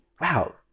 wow